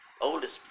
oldest